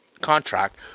contract